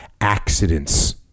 accidents